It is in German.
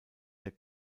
der